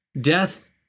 Death